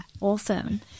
Awesome